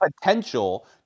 potential